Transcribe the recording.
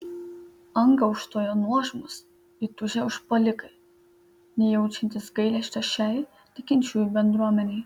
angą užstojo nuožmūs įtūžę užpuolikai nejaučiantys gailesčio šiai tikinčiųjų bendruomenei